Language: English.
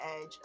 edge